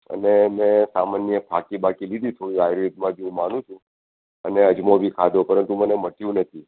અને મેં સામાન્ય ફાકી બાકી લીધી થોડી આયુર્વેદમાં જે હું માનું છું અને અજમો બી ખાધો પરંતુ મને મટ્યું નથી